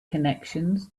connections